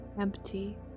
Empty